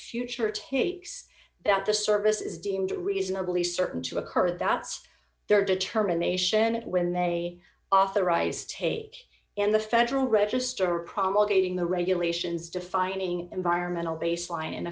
future takes that the service is deemed reasonably certain to occur that's their determination it when they authorize take in the federal red just are promulgating the regulations defining environmental baseline